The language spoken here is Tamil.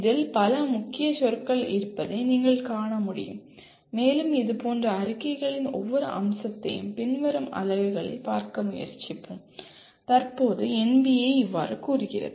இதில் பல முக்கிய சொற்கள் இருப்பதை நீங்கள் காண முடியும் மேலும் இதுபோன்ற அறிக்கைகளின் ஒவ்வொரு அம்சத்தையும் பின்வரும் அலகுகளில் பார்க்க முயற்சிப்போம் தற்போது NBA இவ்வாறு கூறுகிறது